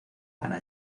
gana